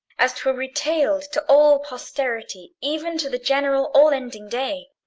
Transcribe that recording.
as twere retail'd to all posterity, even to the general all-ending day.